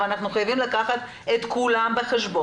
והאם בכלל חוקי לבקש לקבל כסף תמורת משהו שלא קיבלו.